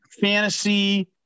fantasy